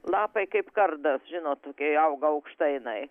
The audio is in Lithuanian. lapai kaip kardas žinot tokia auga aukšta jinai